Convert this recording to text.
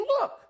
look